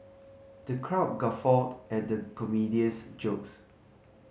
the crowd guffawed at the comedian's jokes